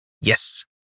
Yes